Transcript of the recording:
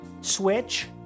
Switch